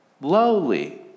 lowly